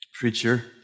preacher